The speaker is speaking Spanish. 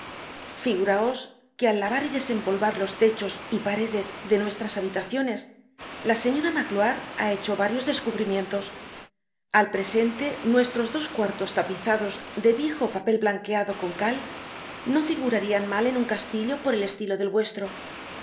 figuraos que al lavar y desempolvar los techos y paredes de nuestras habitaciones la señora magloire ha hecho varios descubrimientos al presente nuestros dos cuartos tapizados de viejo papel blanqueado con cal no figurarian mal en un castillo por el estilo del vuestro